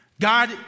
God